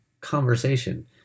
conversation